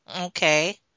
Okay